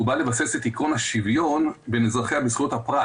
הוא בא לבסס את עקרון השוויון בין אזרחיה בזכויות הפרט